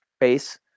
base